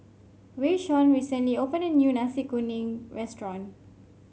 Rayshawn recently opened a new Nasi Kuning Restaurant